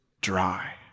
dry